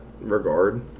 regard